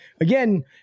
again